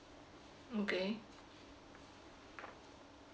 okay